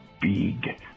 big